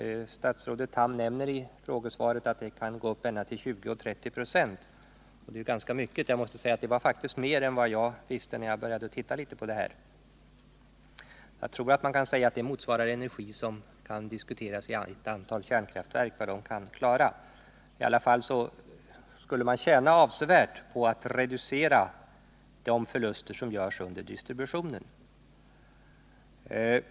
Statsrådet Tham nämner i frågesvaret att förlusterna kan uppgå till 20-30 96, och det är ju ganska mycket — det är faktiskt mer än jag visste när jag började titta litet på det här. Jag tror man kan säga att det motsvarar den mängd energi som ett antal kärnkraftverk kan producera. I alla fall skulle man tjäna avsevärt om man kunde reducera de förluster som görs under distributionen.